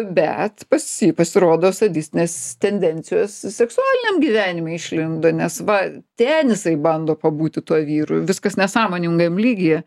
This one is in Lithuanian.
bet pas jį pasirodo sadistinės tendencijos seksualiniam gyvenime išlindo nes va ten jisai bando pabūti tuo vyru viskas nesąmoningam lygyje